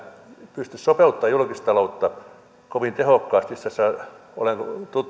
pysty sopeuttamaan julkista taloutta kovin tehokkaasti itse asiassa olen